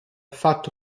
fatto